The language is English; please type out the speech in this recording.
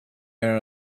our